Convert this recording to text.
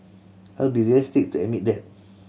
I'll be realistic to admit that